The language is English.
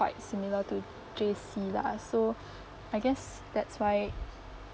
quite similiar to J_C lah so I guess that's why